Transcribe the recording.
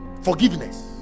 forgiveness